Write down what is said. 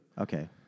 Okay